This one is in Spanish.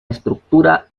estructura